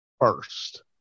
first